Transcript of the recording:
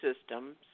systems